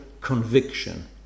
conviction